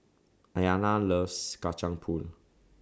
Ayana loves Kacang Pool